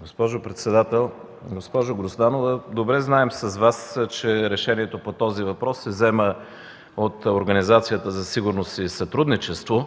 Госпожо председател, госпожо Грозданова, с Вас добре знаем, че решението по този въпрос се взема от Организацията за сигурност и сътрудничество,